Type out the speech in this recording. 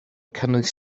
cynnwys